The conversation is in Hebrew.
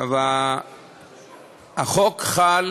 החוק חל